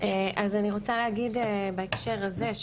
אני רוצה להגיד בהקשר הזה,